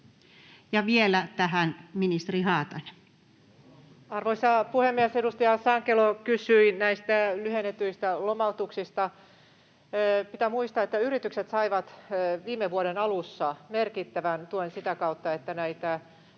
Time: 16:17 Content: Arvoisa puhemies! Edustaja Sankelo kysyi näistä lyhennetyistä lomautuksista. Pitää muistaa, että yritykset saivat viime vuoden alussa merkittävän tuen sitä kautta, että näitä